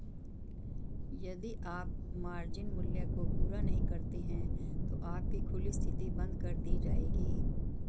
यदि आप मार्जिन मूल्य को पूरा नहीं करते हैं तो आपकी खुली स्थिति बंद कर दी जाएगी